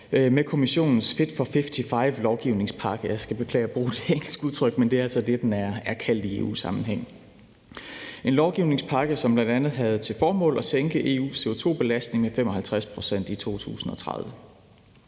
med Kommissionens Fit for 55-lovgivningspakke. Jeg skal beklage at bruge det engelske udtryk, men det er altså det, den er kaldt i EU-sammenhæng. Det er en lovgivningspakke, som bl.a. havde til formål at sænke EU's CO2-belastning med 55 pct. i 2030.